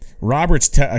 Robert's